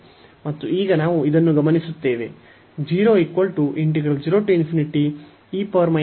ಮತ್ತು ಈಗ ನಾವು ಇದನ್ನು ಗಮನಿಸುತ್ತೇವೆ